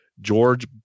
George